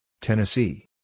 Tennessee